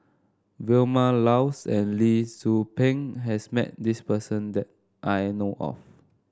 Vilma Laus and Lee Tzu Pheng has met this person that I know of